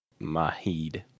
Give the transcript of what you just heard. Mahid